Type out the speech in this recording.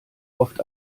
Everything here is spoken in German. oft